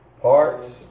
Parts